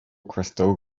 crystal